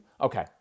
Okay